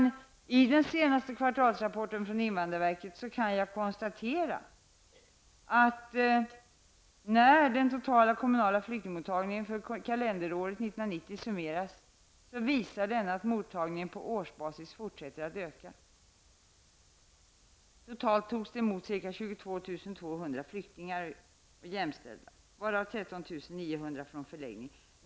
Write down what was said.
Vid den senaste kvartalsrapporten från invandrarverket kan jag konstatera att när det totala kommunala flyktingmottagandet för kalenderåret 1990 summerats visar det sig att mottagandet på årsbasis fortsätter att öka. Totalt togs 22 200 flyktingar och jämställda emot, varav 13 900 från förläggningar.